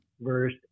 verse